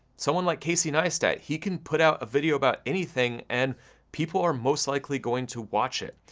someone like casey neistat, he can put out a video about anything, and people are most likely going to watch it.